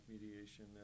mediation